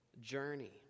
journey